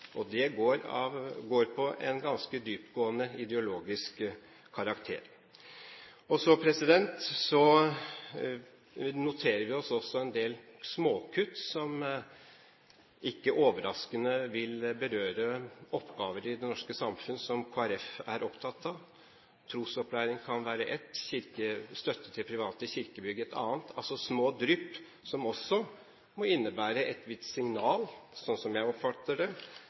og det er av en ganske dyptgående ideologisk karakter. Vi noterer oss også en del småkutt som ikke overraskende vil berøre oppgaver i det norske samfunn som Kristelig Folkeparti er opptatt av: trosopplæring kan være ett, støtte til private kirkebygg et annet. Det er altså små drypp som også må innebære et vidt signal, slik som jeg oppfatter det,